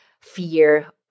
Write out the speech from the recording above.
fear